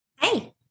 hey